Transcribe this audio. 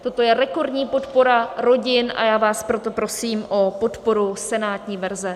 Toto je rekordní podpora rodin, a já vás proto prosím o podporu senátní verze.